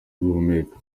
guhumeka